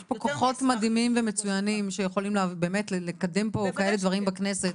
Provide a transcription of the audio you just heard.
יש פה כוחות מדהימים ומצוינים שיכולים באמת לקדם פה כאלה דברים בכנסת.